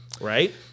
right